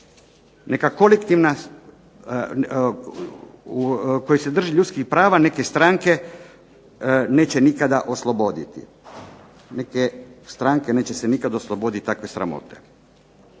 neka kolektivna koja se drži ljudskih prava, neke stranke neće nikada osloboditi. Neke stranke neće se nikad osloboditi takve sramote.